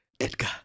Edgar